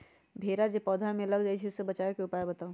भेरा जे पौधा में लग जाइछई ओ से बचाबे के उपाय बताऊँ?